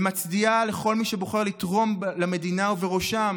ומצדיעה לכל מי שבוחר לתרום למדינה, ובראשם